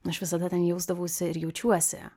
aš visada ten jausdavausi ir jaučiuosi